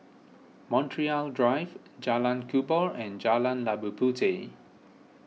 Montreal Drive Jalan Kubor and Jalan Labu Puteh